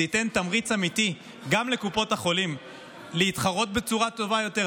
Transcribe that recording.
זה ייתן תמריץ אמיתי גם לקופות החולים להתחרות בצורה טובה יותר,